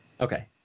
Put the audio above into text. Okay